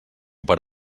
per